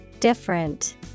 Different